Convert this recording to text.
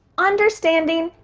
understanding,